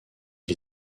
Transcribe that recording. est